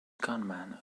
gunman